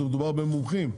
זה מדובר במומחים,